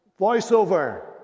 voiceover